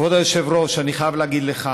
כבוד היושב-ראש, אני חייב להגיד לך